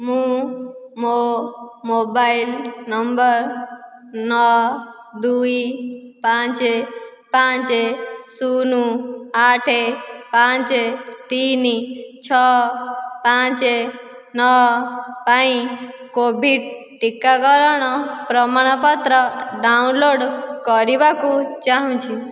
ମୁଁ ମୋ' mobile number ନଅ ଦୁଇ ପାଞ୍ଚ ପାଞ୍ଚ ଶୂନ ଆଠ ପାଞ୍ଚ ତିନ ଛଅ ପାଞ୍ଚ ନଅ ପାଇଁ କୋଭିଡ଼୍ ଟିକାକରଣ ପ୍ରମାଣପତ୍ର ଡାଉନଲୋଡ଼୍ କରିବାକୁ ଚାହୁଁଛି